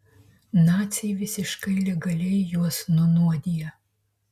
naciai visiškai legaliai juos nunuodija